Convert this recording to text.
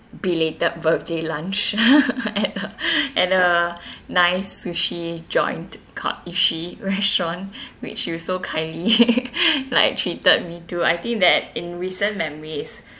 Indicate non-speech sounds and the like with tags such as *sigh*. belated birthday lunch *laughs* at a at a nice sushi joint called ishi restaurant which you're so kindly *laughs* like treated me to I think that in recent memory is